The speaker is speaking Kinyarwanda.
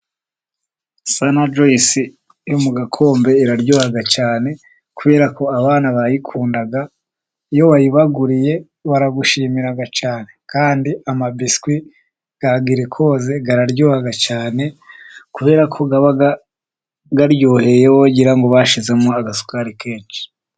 Sana juwise yo mu gakombe iraryohaha cyane, kubera ko abana bayikunda, iyo wayibaguriye baragushimira, cyane. Kandi amabiswi araryoha cyane, kubera ko aba aryohereye wagira ngo bashizemo agasukari kenshi.